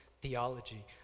theology